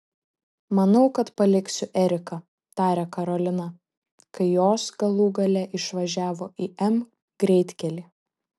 manau kad paliksiu eriką tarė karolina kai jos galų gale išvažiavo į m greitkelį